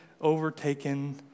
overtaken